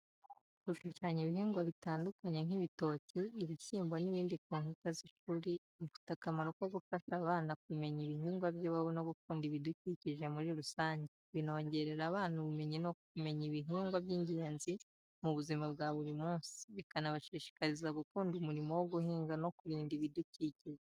Gushushanya ibihingwa bitandukanye nk'ibitoki, ibishyimbo n'ibindi ku nkuta z’ishuri bifite akamaro ko gufasha abana kumenya ibihingwa by’iwabo no gukunda ibidukikije muri rusange. Binongerera abana ubumenyi mu kumenya ibihingwa by’ingenzi mu buzima bwa buri munsi, bikanabashishikariza gukunda umurimo wo guhinga no kurinda ibidukikije.